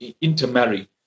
intermarry